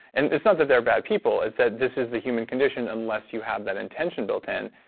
and it's not that they're bad people. it's that this is the human condition unless you have that intention built in.